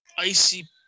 Icy